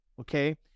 okay